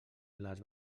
les